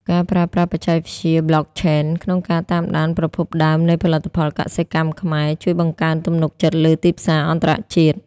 ការប្រើប្រាស់បច្ចេកវិទ្យា Blockchain ក្នុងការតាមដានប្រភពដើមនៃផលិតផលកសិកម្មខ្មែរ ជួយបង្កើនទំនុកចិត្តលើទីផ្សារអន្តរជាតិ។